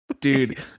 dude